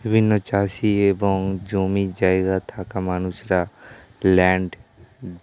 বিভিন্ন চাষি এবং জমি জায়গা থাকা মানুষরা ল্যান্ড